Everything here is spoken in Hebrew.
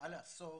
מעל עשור,